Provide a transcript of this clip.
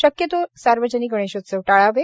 शक्यतो सार्वजनिक गणेशोत्सव टाळावे